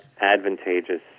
advantageous